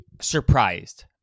surprised